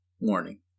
Warning